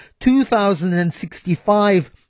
2,065